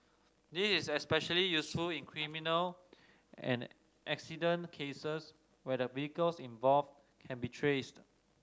this is especially useful in criminal and accident cases where the vehicles involved can be traced